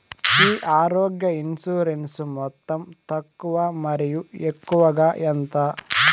ఈ ఆరోగ్య ఇన్సూరెన్సు మొత్తం తక్కువ మరియు ఎక్కువగా ఎంత?